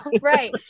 Right